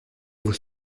vos